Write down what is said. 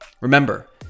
Remember